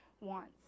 wants